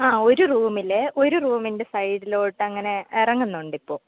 ആ ഒരു റൂമിൽ ഒരു റൂമിന്റെ സൈഡിലോട്ട് അങ്ങനെ ഇറങ്ങുന്നുണ്ട് ഇപ്പോൾ